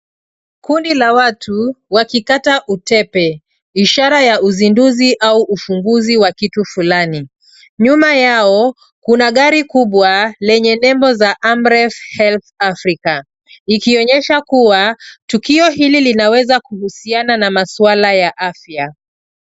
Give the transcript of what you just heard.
Kundi la watu wakikata utepe ishara ya uzinduzi au ufunguzi wa kitu fulani. Nyuma yao kuna gari kubwa lenye nembo ya AMREF HEALTH AFRICA ,ikionyesha kuwa tukio hili linaweza kuhusiana na maswala ya afya.